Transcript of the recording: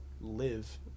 live